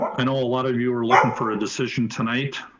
i know a lot of you were looking for a decision tonight,